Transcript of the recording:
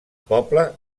poble